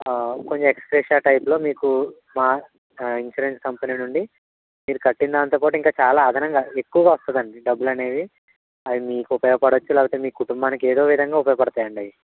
కొంచెం ex gratia టైపులో మీకు మా ఇన్సూరెన్స్ కంపెనీ నుండి మీరు కట్టిన దానితోపాటు ఇంకా చాలా అదనంగా ఎక్కువగా వస్తుంది అండి డబ్బులు అనేవి అది మీకు ఉపయోగ పడవచ్చు లేకపోతే మీ కుటుంబానికి ఏదో విధంగా ఉపయోగపడతాయండి అవి